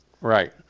Right